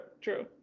true